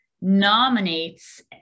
nominates